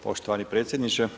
Poštovani predsjedniče.